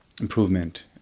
improvement